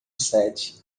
set